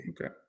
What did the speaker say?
Okay